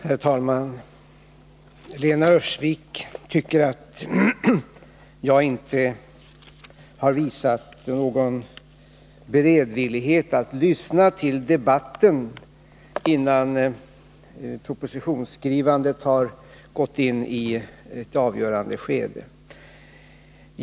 Herr talman! Lena Öhrsvik tycker att jag inte har visat någon beredvil Måndagen den lighet att lyssna till debatten, innan propositionsskrivandet har gått in i ett 17 november 1980 avgörande skede.